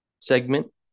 segment